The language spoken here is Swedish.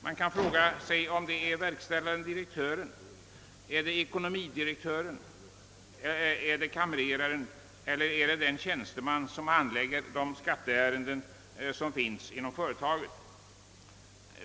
Man kan fråga sig om det är verkställande direktören, ekonomidirektören, kamreraren eller den tjänsteman som handlägger skatteärenden inom företaget.